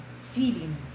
feeling